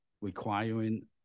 requiring